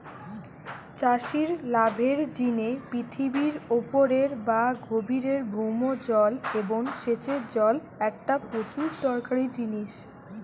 চাষির লাভের জিনে পৃথিবীর উপরের বা গভীরের ভৌম জল এবং সেচের জল একটা প্রচুর দরকারি জিনিস